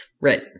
Right